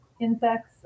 insects